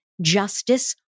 justice